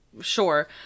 sure